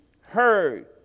heard